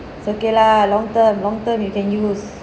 it's okay lah long term long term you can use